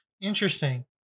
Interesting